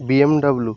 BMW